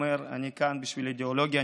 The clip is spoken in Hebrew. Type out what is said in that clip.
הוא אומר: אני כאן בשביל האידיאולוגיה,